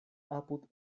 apud